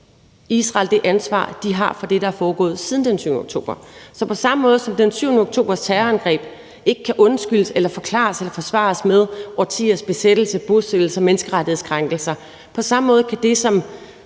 Israel det ansvar, de har for det, der er foregået siden den 7. oktober. 2) På samme måde som den 7. oktobers terrorangreb ikke kan undskyldes, forklares eller forsvares med årtiers besættelse, bosættelser og menneskerettighedskrænkelser, kan det,